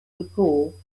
depaul